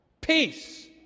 peace